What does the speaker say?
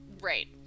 right